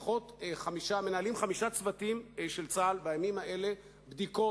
חמישה צוותים של צה"ל מנהלים בימים אלה בדיקות